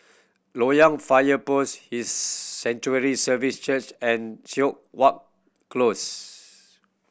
Loyang Fire Post His Sanctuary Services Church and Siok Wan Close